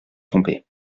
trompé